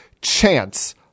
chance